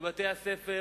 בבתי-הספר,